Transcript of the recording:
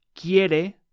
quiere